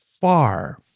far